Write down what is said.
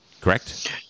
correct